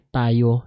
tayo